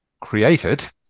created